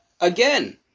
again